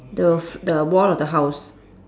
the the wall of the house